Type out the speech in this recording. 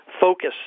focus